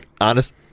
honest